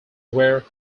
where